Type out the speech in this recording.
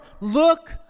look